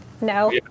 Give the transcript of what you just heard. No